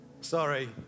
Sorry